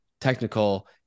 technical